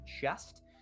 chest